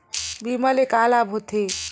बीमा ले का लाभ होथे?